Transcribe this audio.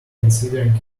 considering